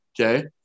Okay